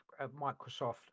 Microsoft